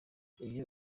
iyo